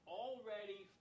already